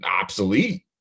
obsolete